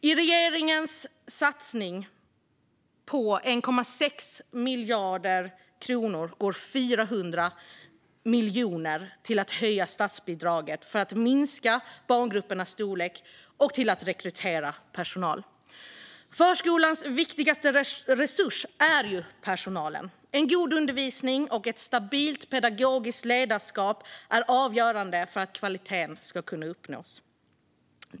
I regeringens satsning på 1,6 miljarder kronor går 400 miljoner till att höja statsbidraget för att minska barngruppernas storlek och rekrytera personal. Förskolans viktigaste resurs är ju personalen. En god undervisning och ett stabilt pedagogiskt ledarskap är avgörande för att kvalitet ska kunna uppnås.